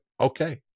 okay